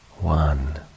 one